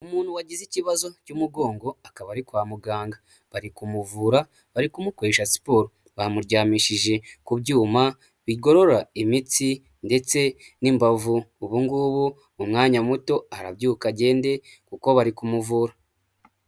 Umuntu wagize ikibazo cy'umugongo akaba ari kwa muganga. Bari kumuvura bari kumukoresha siporo bamuryamishije ku byuma bigorora imitsi ndetse n'imbavu. Ubugubu umwanya muto arabyuka agende kuko bari kumuvura.